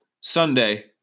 Sunday